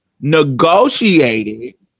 Negotiated